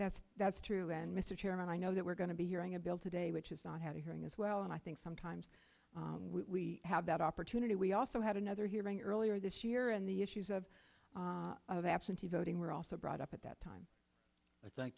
that's that's true and mr chairman i know that we're going to be hearing a bill today which has not had a hearing as well and i think sometimes we have that opportunity we also had another hearing earlier this year and the issues of absentee voting were also brought up at that time i